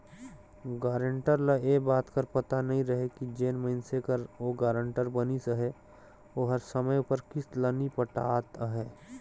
guarantor ल ए बात कर पता नी रहें कि जेन मइनसे कर ओ गारंटर बनिस अहे ओहर समे उपर किस्त ल नी पटात अहे